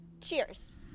cheers